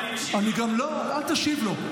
לא, אל תשיב לו.